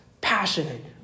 passionate